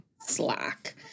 Slack